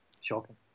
Shocking